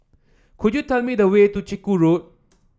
could you tell me the way to Chiku Road